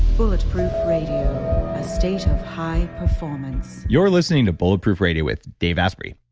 bulletproof radio. a state of high performance you're listening to bulletproof radio with dave asprey.